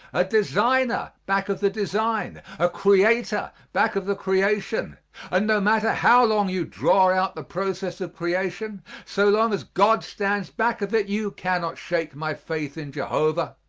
a designer back of the design a creator back of the creation and no matter how long you draw out the process of creation, so long as god stands back of it you cannot shake my faith in jehovah.